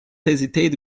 hesitate